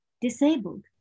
disabled